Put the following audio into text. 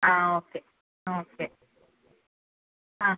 ആ okay okay ആ